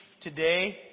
today